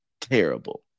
terrible